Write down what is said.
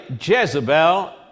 Jezebel